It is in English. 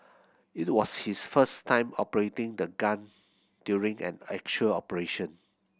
it was his first time operating the gun during an actual operation